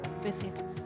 Visit